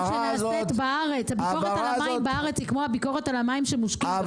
שנעשית בארץ היא כמו הביקורת על המים שמושקים בחו"ל?